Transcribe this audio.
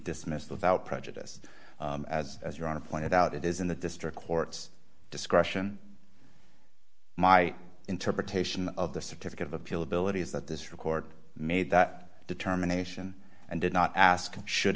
dismissed without prejudice as as your honor pointed out it is in the district court's discretion my interpretation of the certificate of appeal ability is that this record made that determination and did not ask should